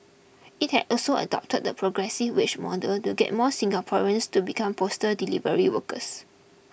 it has also adopted the progressive wage model to get more Singaporeans to become postal delivery workers